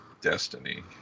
Destiny